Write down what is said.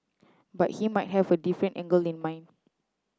but he might have a different angle in mind